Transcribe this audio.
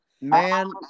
Man